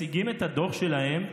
מציגים את הדוח שלהם,